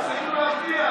תודה.